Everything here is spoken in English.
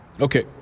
Okay